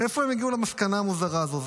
מאיפה הם הגיעו למסקנה המוזרה הזו?